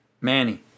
Manny